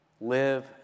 live